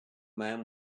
man